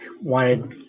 wanted